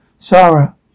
Sarah